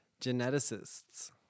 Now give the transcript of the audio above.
Geneticists